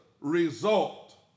result